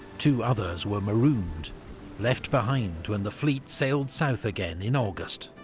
two others were marooned left behind when the fleet sailed south again in august.